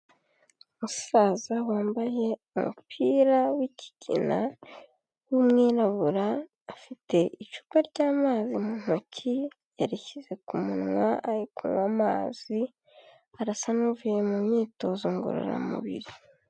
Umusaza wambaye umupira w'ikigina w'umwirabura afite icupa ry'amazi mu ntoki yarishyize ku munwa ari kunywa amazi, arasa n'uvuye mu myitozo ngororamubiri.